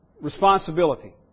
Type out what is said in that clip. responsibility